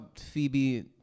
Phoebe